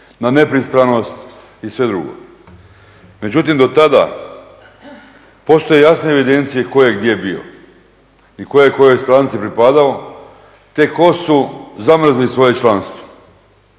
na nepristranost i sve drugo. Međutim, do tada postoje jasne evidencije tko je gdje bio i tko je kojoj stranci pripadao, te tko su zamrzli svoje članstvo.